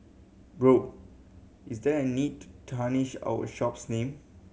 Bro is there a need to tarnish our shop's name